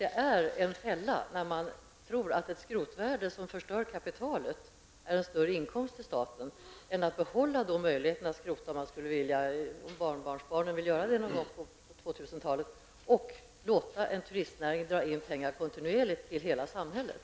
Det är en fälla att tro att ett skrotvärde som förstör kapitalet är en större inkomst för staten än det vore att behålla skrotningsmöjligheten om våra barnbarnsbarn skulle vilja använda sig av den någon gång på 2000 talet. I stället kan man låta turistnäringen dra in pengar kontinuerligt till hela samhället.